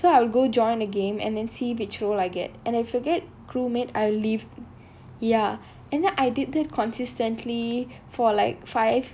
so I'll go join a game and then see which role I get and if I get crew mate I'll leave ya and then I did that consistently for like five